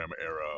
era